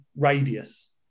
radius